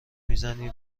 میزنی